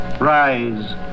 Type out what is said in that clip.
rise